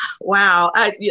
Wow